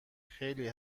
خیلی